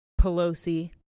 Pelosi